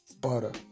butter